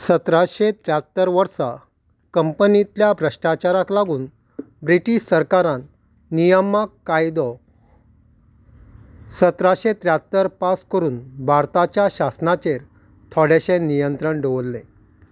सतराशे त्र्यात्तर वर्सा कंपनींतल्या भ्रश्टाचाराक लागून ब्रिटीश सरकारान नियामक कायदो सतराशे त्र्यात्तर पास करून भारताच्या शासनाचेर थोडेशें नियंत्रण दवरलें